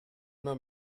man